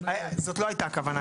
זאת לא הייתה הכוונה.